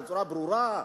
בצורה ברורה,